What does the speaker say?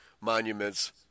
monuments